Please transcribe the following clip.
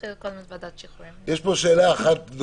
יש פה שאלה אחת גדולה.